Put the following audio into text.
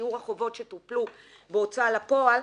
שיעור החובות שטופלו בהוצאה לפועל,